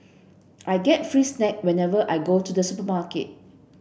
I get free snack whenever I go to the supermarket